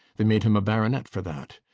they made him a baronet for that.